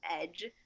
edge